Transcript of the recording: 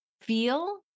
feel